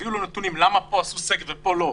יביאו לו נתונים למה פה עשו סגר ופה לא,